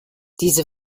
diese